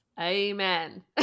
Amen